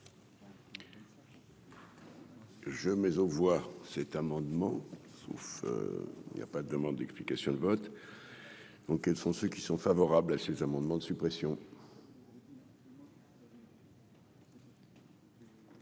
Je mais au voir cet amendement, sauf il y a pas de demande d'explications de vote dans quels sont ceux qui sont favorables à ces amendements de suppression.